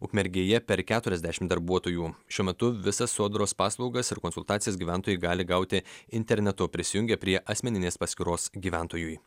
ukmergėje per keturiasdešimt darbuotojų šiuo metu visas sodros paslaugas ir konsultacijas gyventojai gali gauti internetu prisijungę prie asmeninės paskyros gyventojui